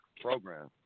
program